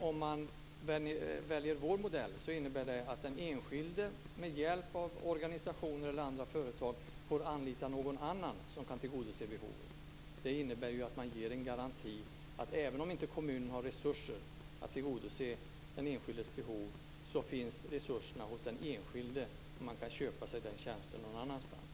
Om man väljer vår modell innebär det att den enskilde kan få hjälp att genom organisationer eller företag anlita någon annan som kan tillgodose behovet. Då ger man en garanti för att även om kommunen inte har resurser så finns det resurser hos den enskilde för att han ska kunna köpa sig dessa tjänster någon annanstans.